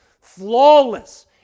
flawless